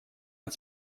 над